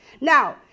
Now